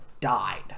died